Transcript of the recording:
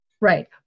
right